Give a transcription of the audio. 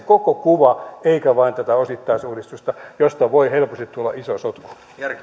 se koko kuva eikä vain tätä osittaisuudistusta josta voi helposti tulla iso sotku